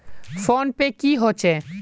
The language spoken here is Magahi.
फ़ोन पै की होचे?